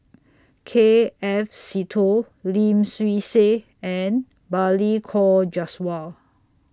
K F Seetoh Lim Swee Say and Balli Kaur Jaswal